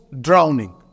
drowning